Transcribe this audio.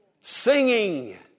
Singing